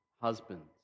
Husbands